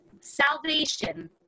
salvation